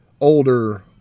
older